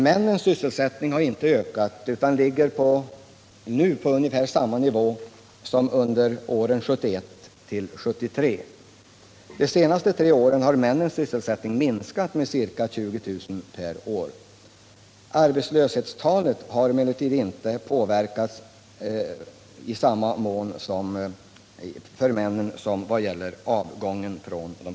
Männens sysselsättning har inte ökat utan ligger nu på ungefär samma nivå som under åren 1971-1973. De senaste tre åren har männens sysselsättning minskat med ca 20 000 per år. Arbetslöshetstalet för männen har emellertid inte påverkats i samma mån.